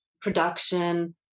production